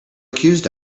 accused